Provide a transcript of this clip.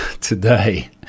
today